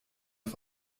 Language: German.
auf